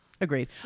agreed